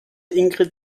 ingrid